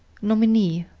nominee,